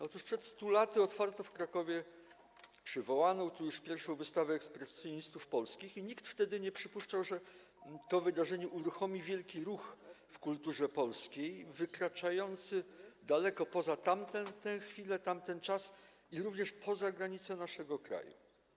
Otóż przed 100 laty otwarto w Krakowie przywołaną tu już I Wystawę Ekspresjonistów Polskich i nikt wtedy nie przypuszczał, że to wydarzenie uruchomi wielki ruch w kulturze polskiej wykraczający daleko poza tamte chwile, tamten czas i poza granice naszego kraju.